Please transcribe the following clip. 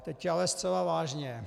Teď ale zcela vážně.